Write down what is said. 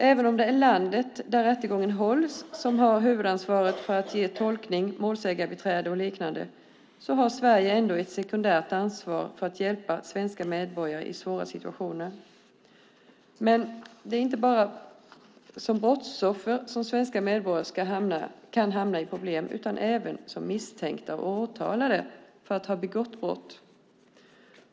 Även om det är landet där rättegången hålls som har huvudansvaret för att ge tolkning, målsägarbiträde och liknande har Sverige ändå ett sekundärt ansvar för att hjälpa svenska medborgare i svåra situationer. Men det är inte bara som brottsoffer som svenska medborgare kan hamna i problem utan även som misstänkta och åtalade för att ha begått brott.